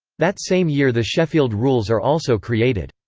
that same year the sheffield rules are also created.